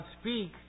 speak